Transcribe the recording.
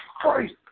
Christ